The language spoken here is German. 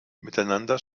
miteinander